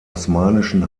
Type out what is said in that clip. osmanischen